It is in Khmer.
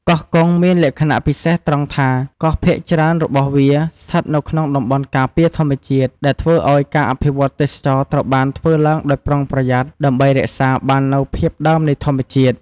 កោះកុងមានលក្ខណៈពិសេសត្រង់ថា កោះភាគច្រើនរបស់វាស្ថិតនៅក្នុងតំបន់ការពារធម្មជាតិ ដែលធ្វើឱ្យការអភិវឌ្ឍន៍ទេសចរណ៍ត្រូវបានធ្វើឡើងដោយប្រុងប្រយ័ត្ន ដើម្បីរក្សាបាននូវភាពដើមនៃធម្មជាតិ។